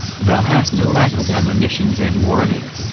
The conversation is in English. thou hast no lack of admonitions and warnings,